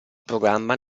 programma